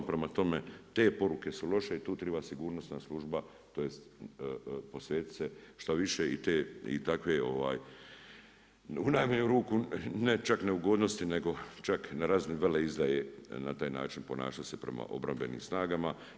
Prema tome, te poruke su loše i tu triba sigurnosna služba, tj. posvetit se što više i te i takve u najmanju ruku ne čak neugodnosti, nego čak na razini veleizdaje na taj način se ponašati prema obrambenim snagama.